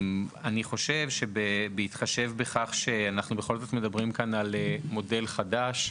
אני חושב שבהתחשב בכך שאנחנו בכל זאת מדברים כאן על מודל חדש,